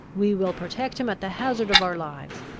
we will protect him at the hazard of our lives.